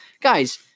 guys